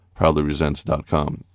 ProudlyResents.com